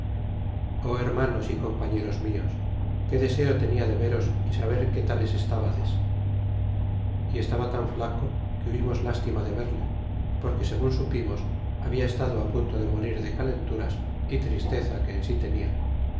ó hermanos y compañeros mios qué deseo te nia de veros y saber qué tales estabades y estaba tan flaco que hubimos lástima de verle porque segun supimos habia estado á punto de morir de calenturas y tristeza que en sí tenia